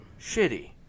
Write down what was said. Shitty